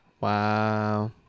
Wow